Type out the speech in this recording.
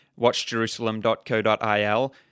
watchjerusalem.co.il